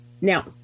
Now